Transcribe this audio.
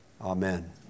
amen